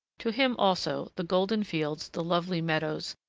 to him also the golden fields, the lovely meadows,